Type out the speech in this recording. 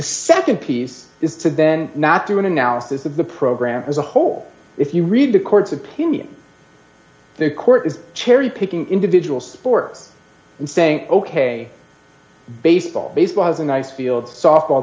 the nd piece is to then not do an analysis of the program as a whole if you read the court's opinion the court is cherry picking individual sports and saying ok baseball baseball has a nice field softball